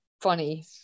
funny